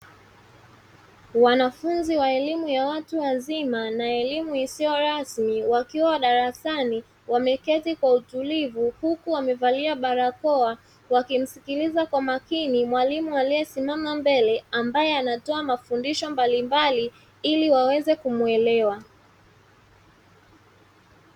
Wanafunzi wa elimu ya watu wazima na elimu isiyo rasmi wakiwa darasani wameketi kwa utulivu huku wamevalia barakoa, wakimsikilizavkwa makini mwalimu aliyesimama mbele ambaye anatoa mafundisho mbalimbali ili waweze kumuelewa.